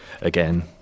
Again